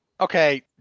Okay